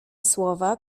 słowa